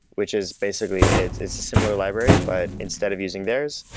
which is basically it's it's a similar library, but instead of using theirs,